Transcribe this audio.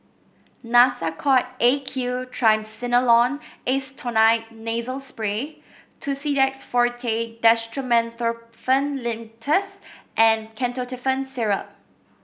Nasacort A Q Triamcinolone Acetonide Nasal Spray Tussidex Forte Dextromethorphan Linctus and Ketotifen Syrup